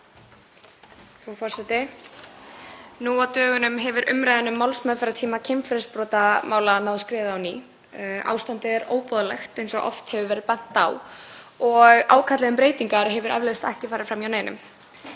Frú forseti. Nú á dögum hefur umræðan um málsmeðferðartíma kynferðisbrotamála náð skriði á ný. Ástandið er óboðlegt, eins og oft hefur verið bent á, og ákallið um breytingar hefur eflaust ekki farið fram hjá neinum.